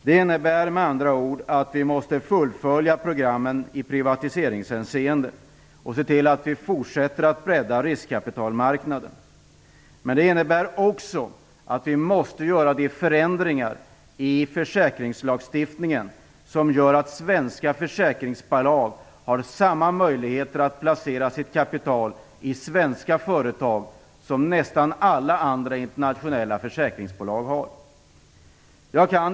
Det innebär med andra ord att vi måste fullfölja programmet i privatiseringshänseende och se till att vi fortsätter att bredda riskkapitalmarknaden. Det innebär också att vi måste göra de förändringar i försäkringslagstiftningen så att svenska försäkringsbolag får samma möjligheter att placera sitt kapital i svenska företag som nästan alla andra internationella försäkringsbolag har. Herr talman!